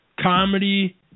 comedy